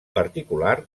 particular